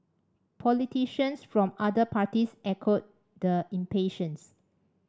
politicians from other parties echoed the impatience